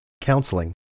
counseling